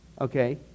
Okay